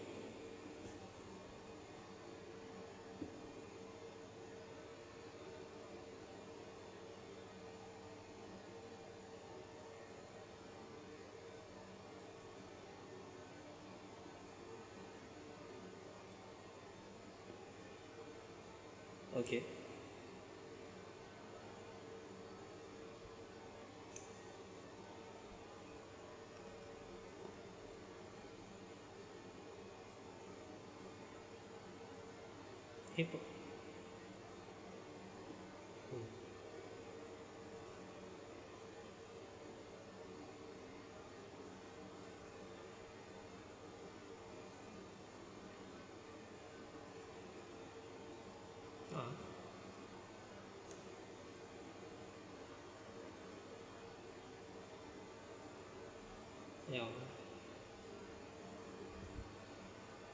okay uh ya